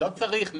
לא צריך.